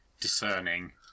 discerning